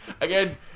again